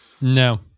No